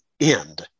end